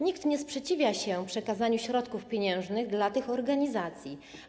Nikt nie sprzeciwia się przekazaniu środków pieniężnych dla tych organizacji.